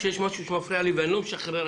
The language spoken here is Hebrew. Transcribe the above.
כשיש משהו שמפריע לי ואני לא משחרר,